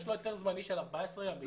יש לו היתר זמני של 14 ימים.